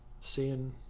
seeing